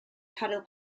caryl